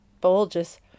bulges